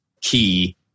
key